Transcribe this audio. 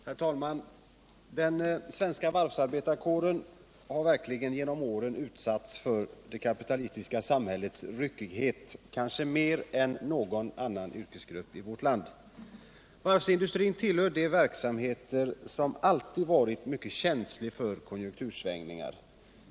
Herr talman! Den svenska varvsarbetarkåren har kanske mer än någon annan yrkesgrupp i vårt land genom åren verkligen utsatts för det kapitalistiska samhällets ryckighet. Varvsindustrin tillhör de verksamheter som alltid varit mycket känsliga för konjunktursvängningar.